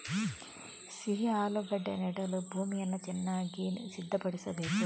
ಸಿಹಿ ಆಲೂಗೆಡ್ಡೆ ನೆಡಲು ಭೂಮಿಯನ್ನು ಚೆನ್ನಾಗಿ ಸಿದ್ಧಪಡಿಸಬೇಕು